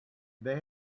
they